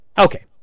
Okay